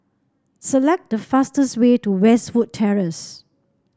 select the fastest way to Westwood Terrace